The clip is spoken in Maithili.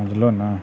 समझलो ने